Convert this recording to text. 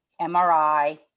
MRI